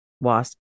wasp